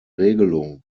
regelung